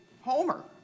Homer